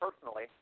personally